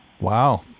wow